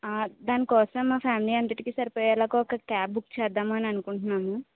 ఆ దానికోసం మా ఫ్యామిలీ అంతటికి సరిపడేలాగ ఒక క్యాబ్ బుక్ చేద్దాం అని అనుకుంటున్నాను